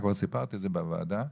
סיפרתי על זה בוועדה,